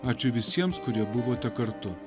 ačiū visiems kurie buvote kartu